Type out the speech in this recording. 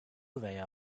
veya